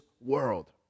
world